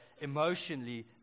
emotionally